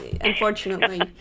unfortunately